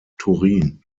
turin